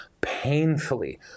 painfully